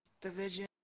division